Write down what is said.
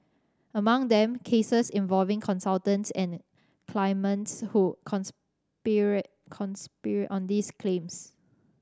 among them cases involving consultants and claimants who conspired conspired on these claims